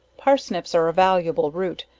parsnips, are a valuable root,